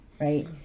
right